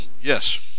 Yes